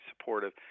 supportive